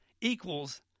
equals